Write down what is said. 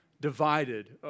divided